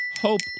Hope